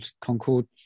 Concord